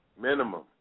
minimum